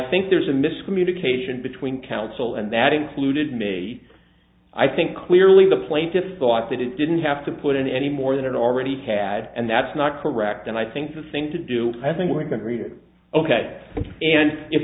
think there's a miscommunication between counsel and that included me i think clearly the plaintiffs thought that it didn't have to put in any more than it already had and that's not correct and i think the thing to do i think we're going to read it ok and if